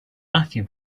matthew